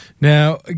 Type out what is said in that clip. Now